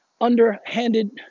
underhanded